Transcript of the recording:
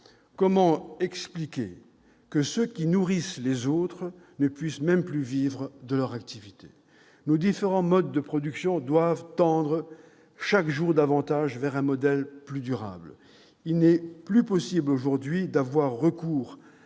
Comment expliquer que ceux qui nourrissent les autres ne puissent même plus vivre de leur activité ? Nos différents modes de production doivent tendre chaque jour davantage vers un modèle plus durable. Il n'est plus possible aujourd'hui d'avoir recours